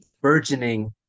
burgeoning